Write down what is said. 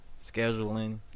Scheduling